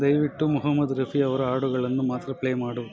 ದಯವಿಟ್ಟು ಮುಹಮದ್ ರಫಿ ಅವರ ಹಾಡುಗಳನ್ನು ಮಾತ್ರ ಪ್ಲೇ ಮಾಡು